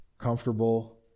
comfortable